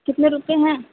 کتنے روپئے ہیں